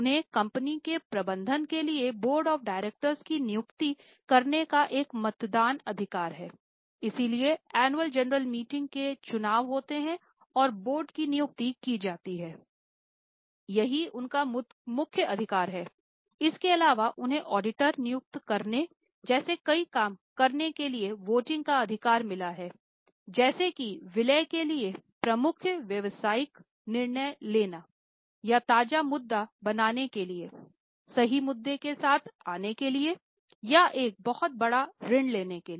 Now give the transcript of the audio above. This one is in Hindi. उन्हें कंपनी के प्रबंधन के लिए बोर्ड ऑफ डायरेक्टर या ताजा मुद्दा बनाने के लिए सही मुद्दे के साथ आने के लिए या एक बहुत बड़ा ऋण लेने के लिए